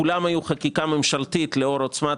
כולם היו חקיקה ממשלתית לאור עוצמת